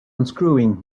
unscrewing